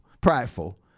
prideful